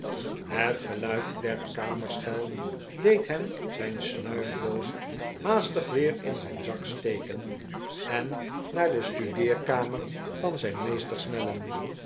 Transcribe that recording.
het geluid der kamerschel deed hem zijn snuifdoos haastig weer in zijn zak steken en naar de studeerkamer van zijn meester snellen